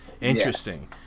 Interesting